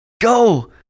Go